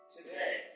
Today